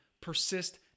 persist